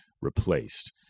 replaced